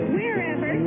wherever